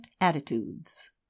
Attitudes